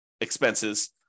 expenses